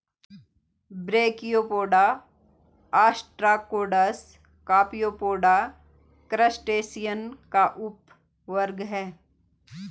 brachiopoda, ostracods, Copepoda, crustacean का उपवर्ग है